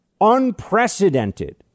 Unprecedented